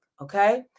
okay